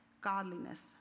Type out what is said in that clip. godliness